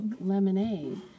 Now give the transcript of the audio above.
lemonade